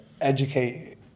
educate